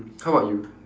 how about you